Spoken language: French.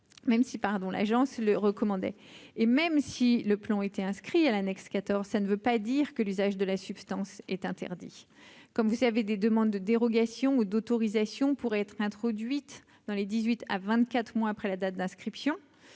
pardon, l'agence le recommandé, et même si le plan était inscrit à l'annexe 14, ça ne veut pas dire que l'usage de la substance est interdit, comme vous avez des demandes de dérogation ou d'autorisation pourrait être introduite dans les 18 à 24 mois après la date d'inscription.